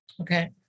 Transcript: okay